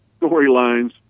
storylines